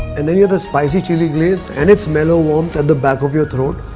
and then you have the spicy chilli glaze and its mellow warmth at the back of your throat.